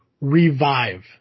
revive